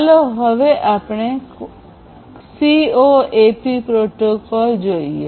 ચાલો હવે આપણે CoAP પ્રોટોકોલ જોઈએ